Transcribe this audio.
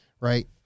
right